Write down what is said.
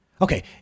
Okay